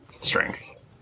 strength